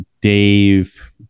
Dave